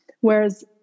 whereas